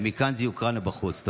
ומכאן זה יוקרן החוצה.